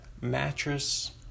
mattress